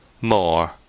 more